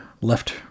left